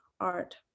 art